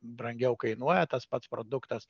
brangiau kainuoja tas pats produktas